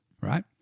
right